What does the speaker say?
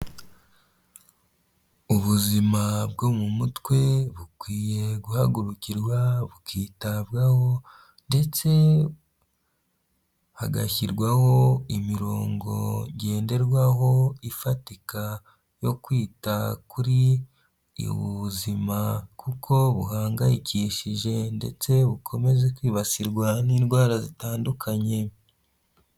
Ubuzima bwo mu mutwe bukwiye guhagurukirwa bukitabwaho, ndetse hagashyirwaho imirongo ngenderwaho ifatika yo kwita kuri ubu buzima kuko buhangayikishije ndetse bukomeze kwibasirwa n'indwara zitandukanye.